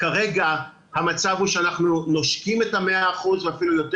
כרגע המצב הוא שאנחנו נושקים ל-100% ואפילו יותר